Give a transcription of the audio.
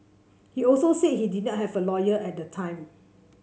he also said he did not have a lawyer at the time